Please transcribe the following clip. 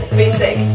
basic